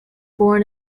born